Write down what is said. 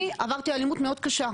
אני עברתי אלימות מאוד קשה,